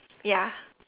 ya